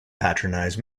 patronize